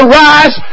rise